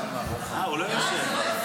אה, הוא לא ישן.